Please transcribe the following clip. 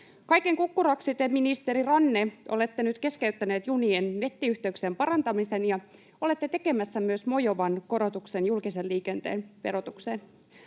Kaiken kukkuraksi te, ministeri Ranne, olette nyt keskeyttänyt junien nettiyhteyksien parantamisen ja olette tekemässä myös mojovan korotuksen julkisen liikenteen verotukseen.